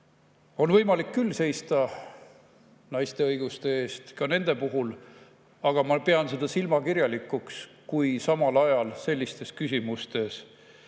On võimalik küll seista naiste õiguste eest ka nende puhul, aga ma pean seda silmakirjalikuks, kui samal ajal sellistes küsimustes